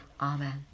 Amen